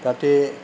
তাতে